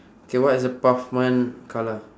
K what is the pavement colour